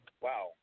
Wow